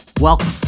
Welcome